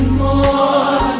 more